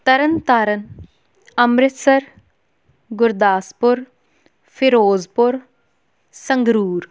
Tarn Taran Amritsar Gurdaspur Firozpur Sangrur